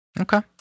Okay